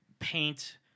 Paint